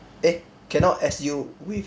eh cannot S_U with